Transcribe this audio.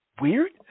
Weird